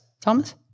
thomas